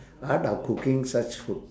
art of cooking such food